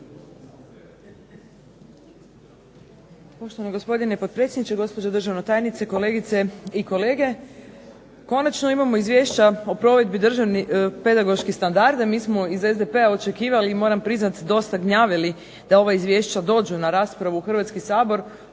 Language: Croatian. Poštovani gospodine potpredsjedniče, gospođo državna tajnice, kolegice i kolege. Konačno imamo izvješća o provedbi državnih pedagoških standarda, mi smo iz SDP-a očekivali i moram priznati dosta gnjavili da ova izvješća dođu na raspravu u Hrvatski sabor.